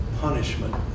punishment